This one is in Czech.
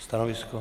Stanovisko?